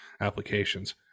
applications